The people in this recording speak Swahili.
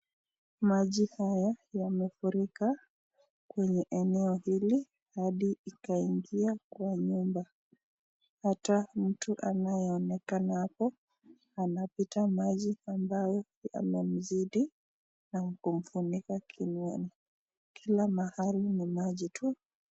Maji haya yamefurika kwenye eneo hili hadi ikaingia kwa nyumba, hata mtu anayeonekana hapo anapita maji ambayo yamemzidi na kumpita kiunoni. Kila mahali ni maji tu!